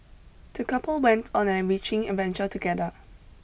the couple went on an enriching adventure together